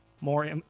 more